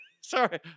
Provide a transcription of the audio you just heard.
Sorry